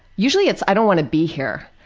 usually it's, i don't want to be here.